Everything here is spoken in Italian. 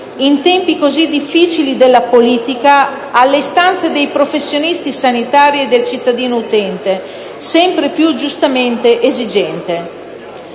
in tempi così difficili della politica, alle istanze dei professionisti sanitari e del cittadino utente, sempre più, giustamente, esigente.